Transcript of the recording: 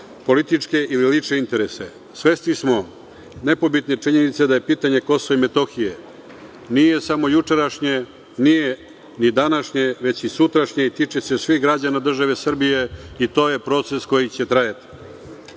političke ili lične interese. Svesni smo nepobitne činjenice da pitanje Kosova i Metohije nije samo jučerašnje, nije ni današnje, već i sutrašnje i tiče se svih građana države Srbije. To je proces koji će